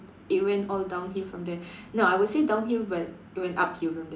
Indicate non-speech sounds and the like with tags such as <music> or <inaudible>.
it went all downhill from there <breath> no I will say downhill but it went uphill from there